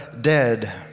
dead